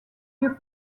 lieux